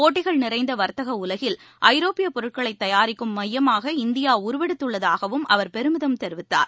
போட்டிகள் நிறைந்த வர்த்தக உலகில் ஐரோப்பிய பொருட்களை தயாரிக்கும் மையமாக இந்தியா உருவெடுத்துள்ளதகாவும் அவர் பெருமிதம் தெரிவித்தார்